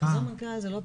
חוזר מנכ"ל זה לא פתרון.